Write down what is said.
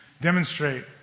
demonstrate